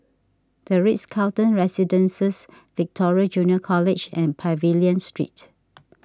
the Ritz Carlton Residences Victoria Junior College and Pavilion Street